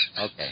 Okay